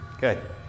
Good